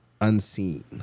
unseen